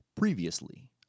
Previously